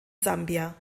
sambia